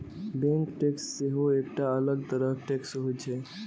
bank tax सेहो एकटा अलग तरह टैक्स होइ छै